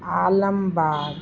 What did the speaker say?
Alambagh